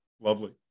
Lovely